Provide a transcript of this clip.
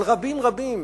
אבל רבים רבים,